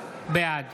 בעד